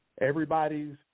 Everybody's